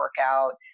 workout